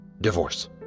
Divorce